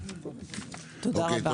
תודה רבה.